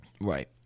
Right